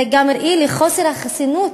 זה גם ראי לחוסר החסינות